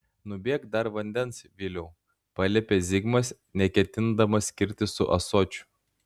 nubėk dar vandens viliau paliepė zigmas neketindamas skirtis su ąsočiu